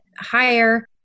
higher